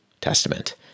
Testament